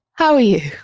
how are you?